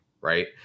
right